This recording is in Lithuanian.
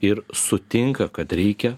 ir sutinka kad reikia